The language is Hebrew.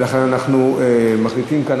ולכן אנחנו מחליטים כאן,